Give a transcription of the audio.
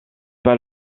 pas